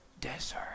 desert